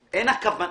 בדיוק.